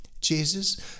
Jesus